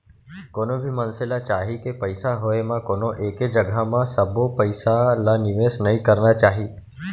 कोनो भी मनसे ल चाही के पइसा होय म कोनो एके जघा म सबो पइसा ल निवेस नइ करना चाही